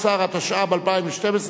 17), התשע"ב 2012,